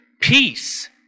peace